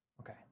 Okay